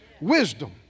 wisdom